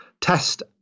test